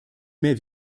mehr